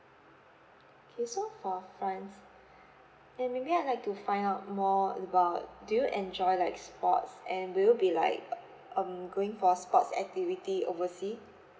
okay so for france and maybe I like to find out more about do you enjoy like sports and will you be like um going for sports activity oversea